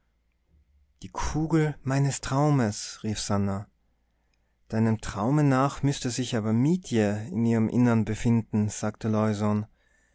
die kugel meines traumes rief sannah deinem traume nach müßte sich aber mietje in ihrem innern befinden sagte